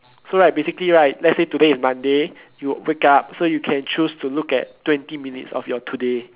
so right basically right let's say today is Monday you wake up so you can choose to look at twenty minutes of your today